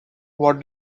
what